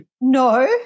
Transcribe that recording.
no